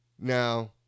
Now